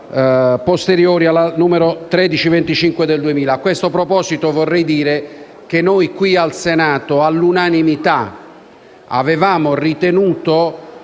Grazie